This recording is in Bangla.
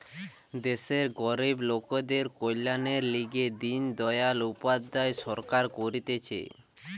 দেশের গরিব লোকদের কল্যাণের লিগে দিন দয়াল উপাধ্যায় সরকার করতিছে